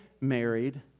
married